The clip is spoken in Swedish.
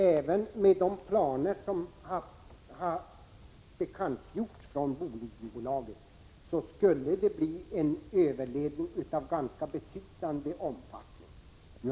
Även med de planer som har bekantgjorts av Bolidenbolaget skulle det bli en överledning av ganska betydande omfattning.